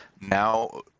Now